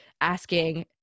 asking